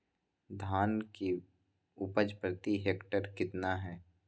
धान की उपज प्रति हेक्टेयर कितना है?